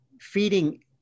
feeding